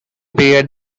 period